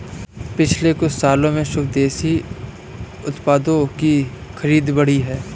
पिछले कुछ सालों में स्वदेशी उत्पादों की खरीद बढ़ी है